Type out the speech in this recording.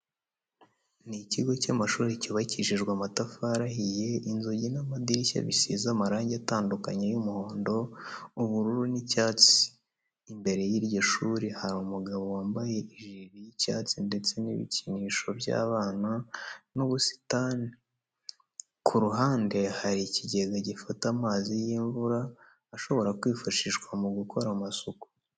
Ni ikigo cy'amashuri cyubakishije amatafari ahiye, inzugi n'amadirishya bisize amarange atandukanye y'umuhondo, ubururu n'icyatsi. Imbere y'iryo shuri hari umugabo wambaye ijire y'icyatsi ndetse n'ibikinisho by'abana n'ubusitani. Ku ruhande hari ikigega gifata amazi y'imvura ashobora kwifashishwa mu gukora amasuku.